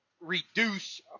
reduce